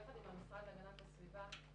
יחד עם המשרד להגנת הסביבה,